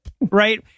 Right